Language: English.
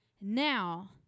Now